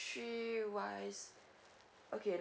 okay